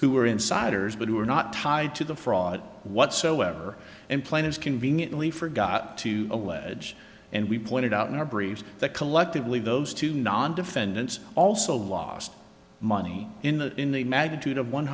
who are insiders but who are not tied to the fraud whatsoever and planners conveniently forgot to allege and we pointed out in our briefs that collectively those two non defendants also lost money in the in the magnitude of one